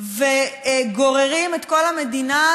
וגוררים את כל המדינה,